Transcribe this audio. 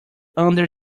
under